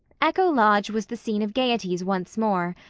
echo lodge was the scene of gaieties once more,